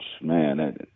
man